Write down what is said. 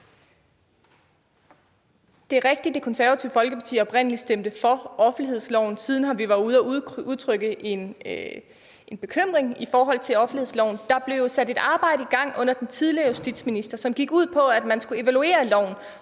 Det er rigtigt, at Det Konservative Folkeparti oprindelig stemte for offentlighedsloven. Siden har vi været ude og udtrykke en bekymring i forhold til offentlighedsloven. Der blev sat et arbejde i gang under den tidligere justitsminister, som gik ud på, at man skulle evaluere loven